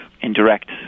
indirect